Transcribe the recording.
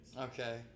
Okay